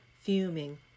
fuming